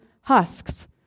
husks